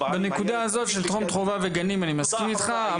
בנקודה הזאת של טרום חובה ושל בתי הספר היסודיים אני מסכים איתך,